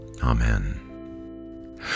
Amen